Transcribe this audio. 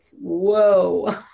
whoa